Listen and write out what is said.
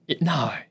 no